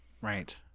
right